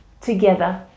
together